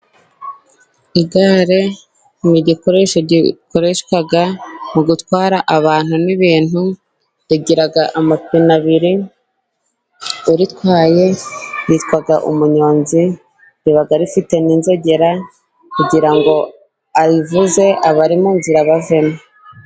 Igare ni igikoresho gikoreshwa mu gutwara abantu n'ibintu, rigira amapine abiri, utwaye yitwa umunyonzi. Riba rifite n'inzogera kugira ngo ayivuze abari mu nzira bavemo.